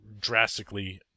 drastically